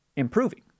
improving